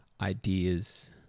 ideas